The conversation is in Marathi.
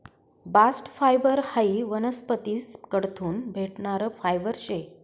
बास्ट फायबर हायी वनस्पतीस कडथून भेटणारं फायबर शे